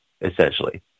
essentially